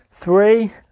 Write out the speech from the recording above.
Three